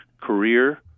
career